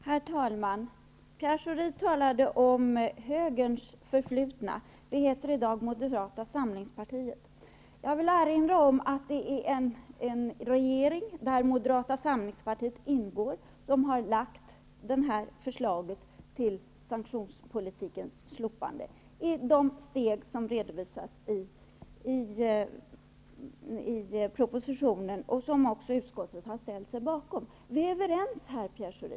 Herr talman! Pierre Schori talade om högerns förflutna. Det heter i dag Moderata samlingspartiet. Jag vill erinra om att det är en regering där Moderata samlingspartiet ingår som har lagt fram det här förslaget till ett slopande av sanktionspolitiken i de steg som redovisas i propositionen och som också utskottet har ställt sig bakom. Vi är överens i den här frågan, Pierre Schori.